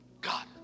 God